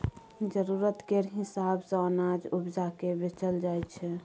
जरुरत केर हिसाब सँ अनाज उपजा केँ बेचल जाइ छै